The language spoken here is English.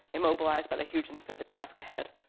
immobilized by the hugeness of the task ahead.